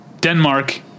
Denmark